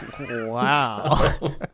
Wow